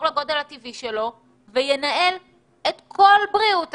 לגודל הטבעי שלו וינהל את כל בריאות הציבור,